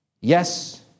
Yes